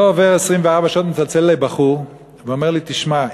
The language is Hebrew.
לא עוברות 24 שעות ומצלצל אלי בחור ואומר לי: תשמע,